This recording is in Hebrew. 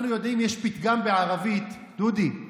אנחנו יודעים, יש פתגם בערבית, דודי,